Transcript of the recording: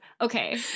Okay